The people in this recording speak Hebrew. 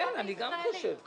כן, אני גם חושב ככה,